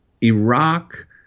Iraq